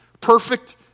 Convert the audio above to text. perfect